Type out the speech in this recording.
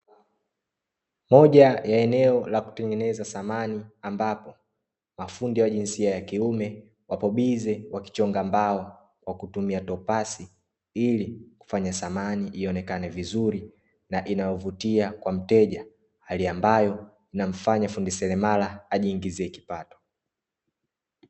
Moja ya eneo la kutengeneza samani ambapo, mafundi wa jinsia ya kiume wapo bize wakichonga mbao kwa kutumia topasi, ili kufanya samani ionekane vizuri na inayovutia kwa mteja, hali ambayo inamfanya fundi seremala ajiingizie kipato.